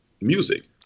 music